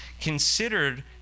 considered